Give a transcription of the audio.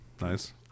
Nice